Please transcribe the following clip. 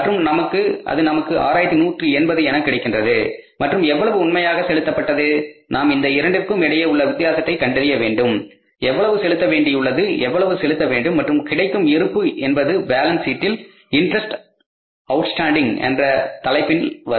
மற்றும் அது நமக்கு 6180 என கிடைக்கின்றது மற்றும் எவ்வளவு உண்மையாக செலுத்தப்பட்டது நாம் இந்த இரண்டிற்கும் இடையே உள்ள வித்தியாசத்தை கண்டறிய வேண்டும் எவ்வளவு செலுத்த வேண்டியது எவ்வளவு செலுத்த வேண்டும் மற்றும் கிடைக்கும் இருப்பு என்பது பேலன்ஸ் சீட்டில் இன்ட்ரெஸ்ட் அவுட்ஸ்டாண்டிங் என்ற தலைப்பில் வரும்